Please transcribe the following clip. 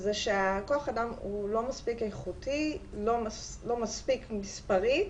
זה שכח האדם לא מספיק איכותי, לא מספיק מספרית,